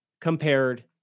compared